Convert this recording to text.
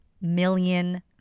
million